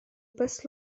passe